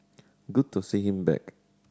good to see him back